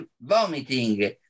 vomiting